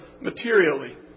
materially